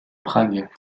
prague